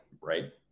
right